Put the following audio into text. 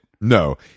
No